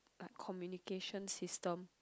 like communication system